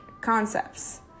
concepts